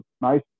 nice